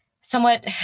somewhat